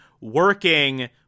working